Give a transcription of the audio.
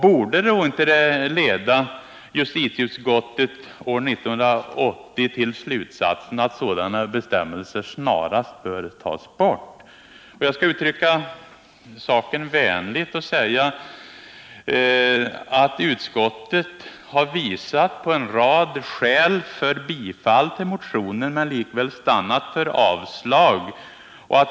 Borde det inte leda justitieutskottet år 1980 till slutsatsen att sådana bestämmelser snarast bör tas bort? Jag skall uttrycka saken vänligt och säga att utskottet har visat på en rad skäl för bifall till motionen men likväl stannat för avslag.